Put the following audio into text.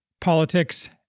politics